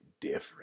different